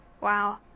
Wow